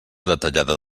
detallada